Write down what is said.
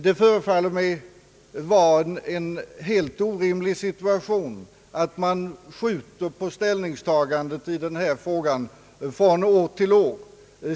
Det förefaller mig vara helt orimligt att skjuta på ställningstagandet i denna fråga från år till år.